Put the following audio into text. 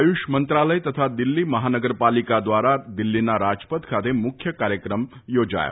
આયુષ મંત્રાલય તથા દિલ્ફી મફાનગરપાલિકા દ્વારા દિલ્ફીના રાજપથ ખાતે મુખ્ય કાર્યક્રમ ચોજાશે